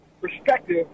perspective